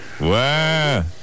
Wow